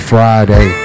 Friday